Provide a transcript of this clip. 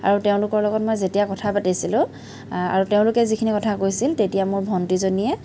আৰু তেওঁলোকৰ লগত মই যেতিয়া কথা পাতিছিলোঁ আৰু তেওঁলোকে যিখিনি কথা কৈছিল তেতিয়া মোৰ ভণ্টিজনীয়ে